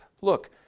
Look